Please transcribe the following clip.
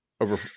over